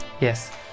Yes